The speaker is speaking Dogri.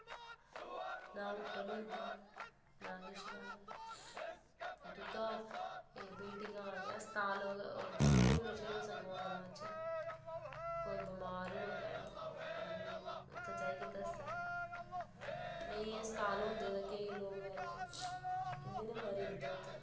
ना हुट्टन होंदा ना किश गल्ल दूआ एह् बिल्डिंगां हस्ताल जरूरी होना चाहिदे सगुआं ग्रांऽ च कोई बमार होऐ दा आदमी उत्थें जाइयै दस्से नेईं हस्ताल होंदे ते केईं लोग बेचारे इं'या गै मरी जंदे उत्त